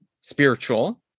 spiritual